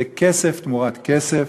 זה כסף תמורת כסף,